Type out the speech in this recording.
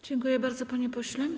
Dziękuję bardzo, panie pośle.